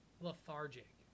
lethargic